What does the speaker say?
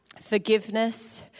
forgiveness